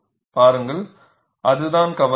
பார் அதுதான் கவலை